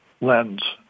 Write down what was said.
lens